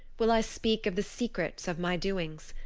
will i speak of the secrets of my doings.